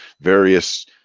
various